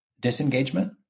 disengagement